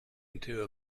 into